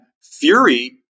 Fury